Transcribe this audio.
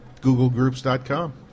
GoogleGroups.com